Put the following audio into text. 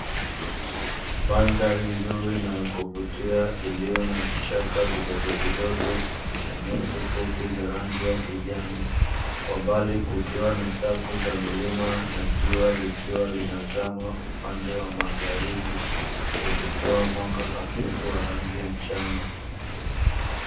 Madhari nzuri na ya kuvutia iliyo na vichaka vidogo vidogo na nyasi fupi za rangi ya kijani, kwa mbali kukiwa na safu za milima na jua likiwa linazama upande wa magharibi likitoa mwanga hafifu wa rangi ya njano.